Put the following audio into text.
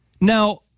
Now